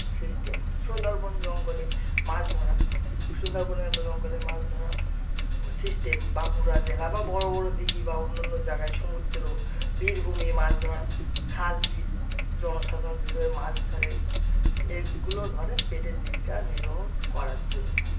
system Sundarban জঙ্গলে মাছ ধরা সুন্দরবনে জঙ্গলে মাছ ধরা সিস্টেম বাঁকুড়া জেলা বা বড় বড় দিঘী বা অন্য অন্য জায়গায় সমুদ্র বীরভূমে মাছ ধরা খাল বিল জনসাধারণ যেভাবে মাছ ধরে এগুলোও ধরে পেটের জীবিকা নির্বাহন করার জন্য